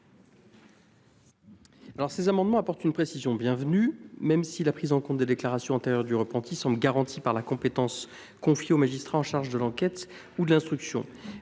souhaitent apporter une précision bienvenue. Certes, la prise en compte des déclarations antérieures du repentir semble garantie par la compétence confiée au magistrat chargé de l’enquête ou de l’instruction,